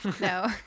No